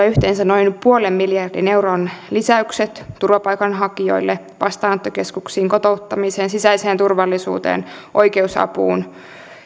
yhteensä noin nolla pilkku viiden miljardin euron lisäykset turvapaikanhakijoille vastaanottokeskuksiin kotouttamiseen sisäiseen turvallisuuteen oikeusapuun